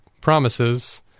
promises